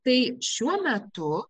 tai šiuo metu